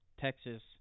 Texas